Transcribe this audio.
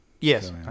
Yes